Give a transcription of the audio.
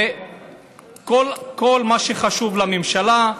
וכל מה שחשוב לממשלה,